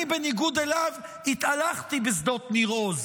אני, בניגוד אליו, התהלכתי בשדות ניר עוז